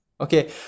okay